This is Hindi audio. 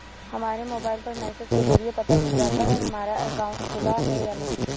हमारे मोबाइल पर मैसेज के जरिये पता चल जाता है हमारा अकाउंट खुला है या नहीं